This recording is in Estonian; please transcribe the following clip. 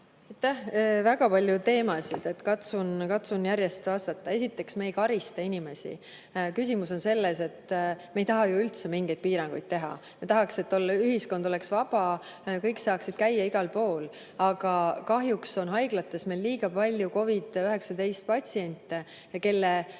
Väga palju teemasid. Katsun järjest vastata. Esiteks, me ei karista inimesi. Küsimus on selles, et me ei taha ju üldse mingeid piiranguid kehtestada. Me tahaksime, et ühiskond oleks vaba, kõik saaksid käia igal pool. Aga kahjuks on meil haiglates liiga palju COVID‑19 patsiente ning